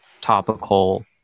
topical